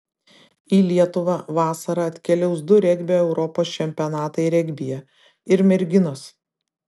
į lietuvą vasarą atkeliaus du regbio europos čempionatai regbyje ir merginos